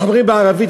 אנחנו אומרים בערבית,